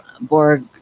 Borg